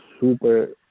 super